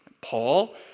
Paul